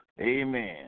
Amen